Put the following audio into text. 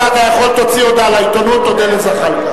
זה אתה יכול, תוציא הודעה לעיתונות, תודה לזחאלקה.